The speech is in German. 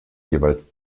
jeweils